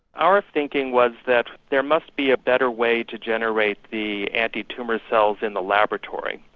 our thinking was that there must be a better way to generate the anti-tumour cells in the laboratory.